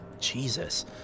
Jesus